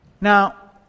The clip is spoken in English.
Now